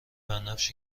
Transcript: بنفش